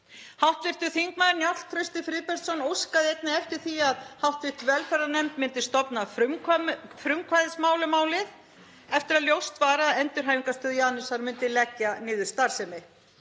Hv. þm. Njáll Trausti Friðbertsson óskaði einnig eftir því að hv. velferðarnefnd myndi stofna frumkvæðismál um málið eftir að ljóst var að endurhæfingarstöð Janusar myndi leggja niður starfsemi.